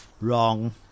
Wrong